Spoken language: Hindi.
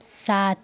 सात